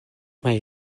mae